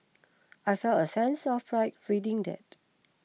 I felt a sense of pride reading that